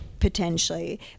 potentially